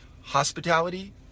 hospitality